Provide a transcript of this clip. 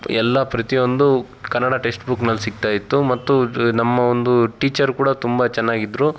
ಎಲ್ಲ ಪ್ರತಿಯೊಂದು ಕನ್ನಡ ಟೆಕ್ಸ್ಟ್ ಬುಕ್ನಲ್ಲಿ ಸಿಗ್ತಾಯಿತ್ತು ಮತ್ತು ನಮ್ಮ ಒಂದು ಟೀಚರ್ ಕೂಡ ತುಂಬ ಚೆನ್ನಾಗಿದ್ದರು